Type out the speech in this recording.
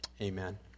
amen